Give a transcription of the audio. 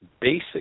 basic